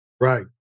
Right